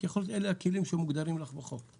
יכול להיות שאלה הכלים שמוגדרים לך בחוק.